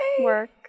work